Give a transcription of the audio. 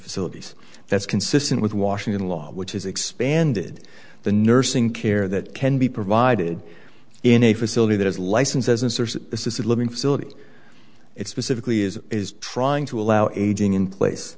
facilities that's consistent with washington law which is expanded the nursing care that can be provided in a facility that is licensed as an assisted living facility it specifically is trying to allow aging in place